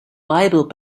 bible